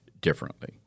differently